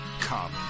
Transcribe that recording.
Come